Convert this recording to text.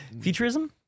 futurism